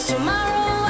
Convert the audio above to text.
Tomorrow